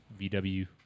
VW